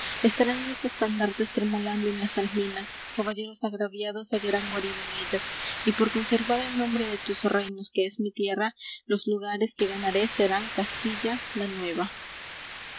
estarán mis estandartes tremolando en las almenas caballeros agraviados hallarán guarida en ellas y por conservar el nombre de tus reinos que es mi tierra los lugares que ganare serán castilla la nueva